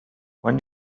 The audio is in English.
when